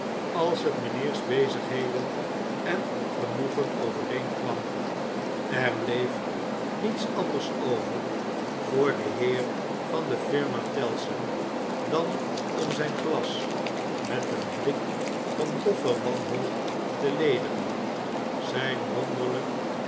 de het mijnheers bezigheden en genoegen overeenkwam er bleef niets anders over voor den heer van de firma tellson dan om zjjn glas met een blik van doffen wanhoop te ledigen zjjn